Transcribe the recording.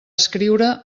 escriure